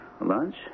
Lunch